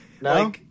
no